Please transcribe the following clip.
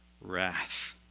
wrath